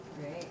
Great